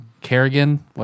Kerrigan